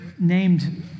named